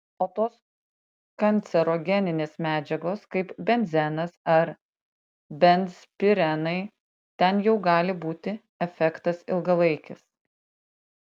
o tos kancerogeninės medžiagos kaip benzenas ar benzpirenai ten jau gali būti efektas ilgalaikis